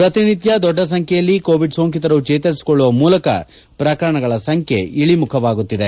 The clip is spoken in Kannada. ಪ್ರತಿ ನಿತ್ಯ ದೊಡ್ಡ ಸಂಖ್ಯೆಯಲ್ಲಿ ಕೋವಿಡ್ ಸೋಂಕಿತರು ಚೇತರಿಸಿಕೊಳ್ಳುವ ಮೂಲಕ ಪ್ರಕರಣಗಳ ಸಂಖ್ಯೆ ಇಳಿಮುಖವಾಗುತ್ತಿದೆ